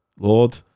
Lord